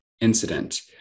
incident